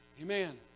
Amen